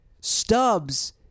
stubs